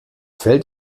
fällt